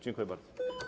Dziękuję bardzo.